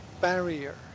barrier